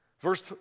Verse